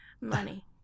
Money